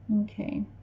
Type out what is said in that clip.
Okay